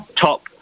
top